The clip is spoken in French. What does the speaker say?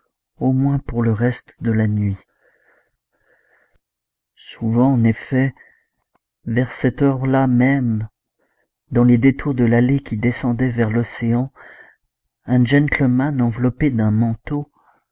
au moins pour le reste de la nuit souvent en effet vers cette heure-là même dans les détours de l'allée qui descendait vers l'océan un gentleman enveloppé d'un manteau